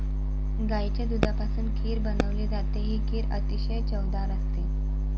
गाईच्या दुधापासून खीर बनवली जाते, ही खीर अतिशय चवदार असते